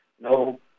no